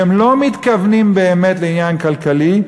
שהם לא מתכוונים באמת לעניין כלכלי,